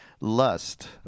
lust